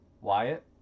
Wyatt